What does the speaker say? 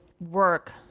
work